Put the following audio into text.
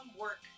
work